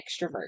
extrovert